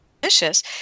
delicious